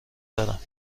دارم